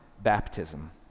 baptism